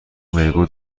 میگو